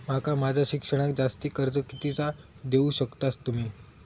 माका माझा शिक्षणाक जास्ती कर्ज कितीचा देऊ शकतास तुम्ही?